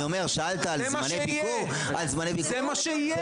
שאלת על זמני ביקור --- זה מה שיהיה.